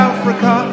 Africa